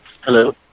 Hello